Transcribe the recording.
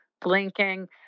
blinking